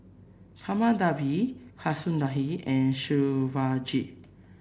Kamaladevi Kasinadhuni and Shivaji